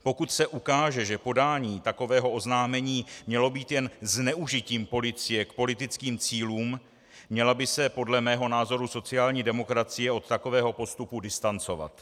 Pokud se ukáže, že podání takového oznámení mělo být jen zneužitím policie k politickým cílům, měla by se podle mého názoru sociální demokracie od takového postupu distancovat.